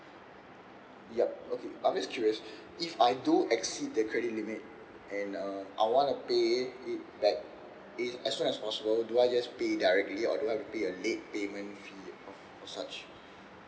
yup okay I'm just curious if I do exceed the credit limit and uh I want to pay it back as soon as possible do I just pay directly or do I have to pay a late payment fee of of such